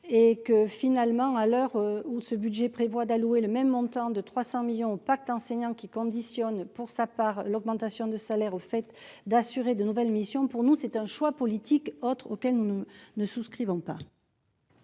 et que, finalement, à l'heure où ce budget prévoit d'allouer le même montant de 300 millions pacte enseignants qui conditionne pour sa part, l'augmentation de salaire au fait d'assurer de nouvelles missions pour nous, c'est un choix politique autre auquel nous ne souscrivons pas.